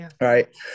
right